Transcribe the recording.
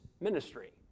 ministry